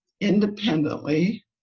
independently